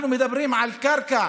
אנחנו מדברים על קרקע